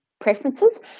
preferences